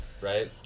right